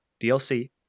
DLC